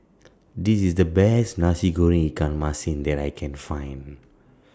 This IS The Best Nasi Goreng Ikan Masin that I Can Find